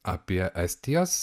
apie estijos